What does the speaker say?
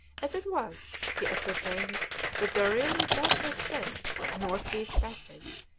as it was, he ascertained that there really does exist a north-east passage,